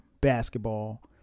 basketball